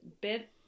bit